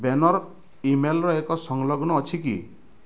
banner ଇମେଲ୍ର ଏକ ସଂଲଗ୍ନ ଅଛି କି